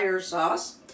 sauce